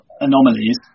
anomalies